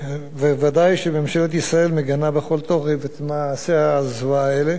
וודאי שממשלת ישראל מגנה בכל תוקף את מעשי הזוועה האלה.